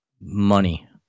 money